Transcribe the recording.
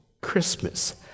Christmas